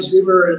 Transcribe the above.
Zimmer